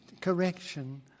correction